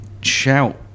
shout